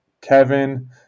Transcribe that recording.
Kevin